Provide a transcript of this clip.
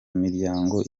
miryango